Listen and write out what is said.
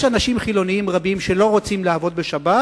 יש אנשים חילונים רבים שלא רוצים לעבוד בשבת,